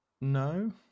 No